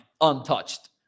untouched